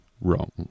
wrong